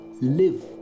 live